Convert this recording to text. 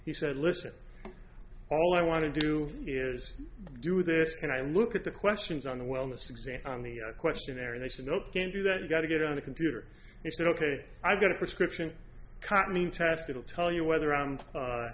he said listen all i want to do is do this and i look at the questions on the wellness exam on the questionnaire and they said nope can't do that you got to get on the computer and said ok i've got a prescription cut me test it'll tell you whether